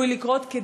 צפוי לקרות,